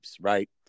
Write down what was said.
right